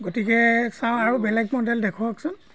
গতিকে চাওঁ আৰু বেলেগ মডেল দেখুৱাকচোন